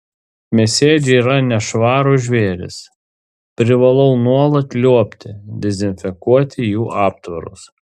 mėsėdžiai yra nešvarūs žvėrys privalau nuolat liuobti dezinfekuoti jų aptvarus